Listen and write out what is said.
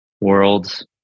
worlds